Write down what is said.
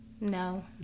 No